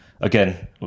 again